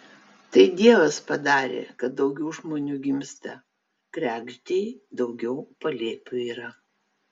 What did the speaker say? tai dievas padarė kad daugiau žmonių gimsta kregždei daugiau palėpių yra